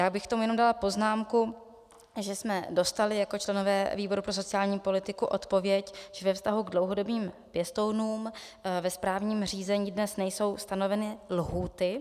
Já bych k tomu jenom dala poznámku, že jsme dostali jako členové výboru pro sociální politiku odpověď, že ve vztahu k dlouhodobým pěstounům ve správním řízení dnes nejsou stanoveny lhůty.